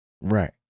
Right